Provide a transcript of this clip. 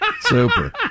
super